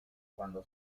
cuando